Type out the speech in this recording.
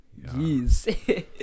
jeez